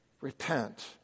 Repent